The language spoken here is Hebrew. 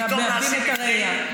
מאבדים את הראייה.